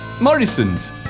Morrisons